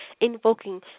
invoking